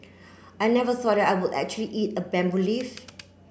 I never thought I would actually eat a bamboo leaf